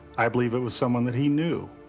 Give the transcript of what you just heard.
i believe it was someone that he knew,